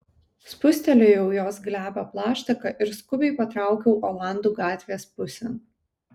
spustelėjau jos glebią plaštaką ir skubiai patraukiau olandų gatvės pusėn